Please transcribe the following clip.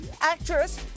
actress